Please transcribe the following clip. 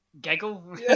giggle